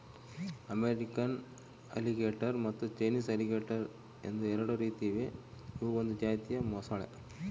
American alligator ಮತ್ತು Chinese alligator ಎಂದು ಎರಡು ರೀತಿ ಇವೆ ಇವು ಒಂದು ಜಾತಿಯ ಮೊಸಳೆ